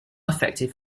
effective